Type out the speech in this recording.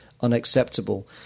unacceptable